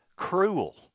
Cruel